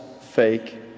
fake